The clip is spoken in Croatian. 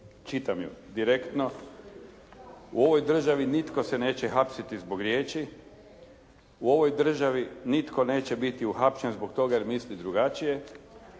čitam ju direktno: "U ovoj državi nitko se neće hapsiti zbog riječi, u ovoj državi nitko neće biti uhapšen zbog toga jer misli drugačije.